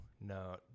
no